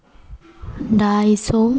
ढाई सौ